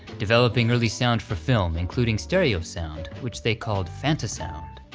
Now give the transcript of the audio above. developing early sound for film, including stereo sound, which they called fantasound.